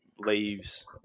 Leaves